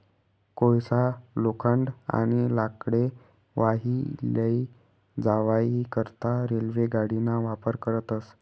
कोयसा, लोखंड, आणि लाकडे वाही लै जावाई करता रेल्वे गाडीना वापर करतस